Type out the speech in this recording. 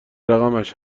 رقمش